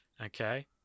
Okay